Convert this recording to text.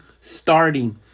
starting